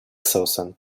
sosen